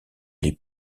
les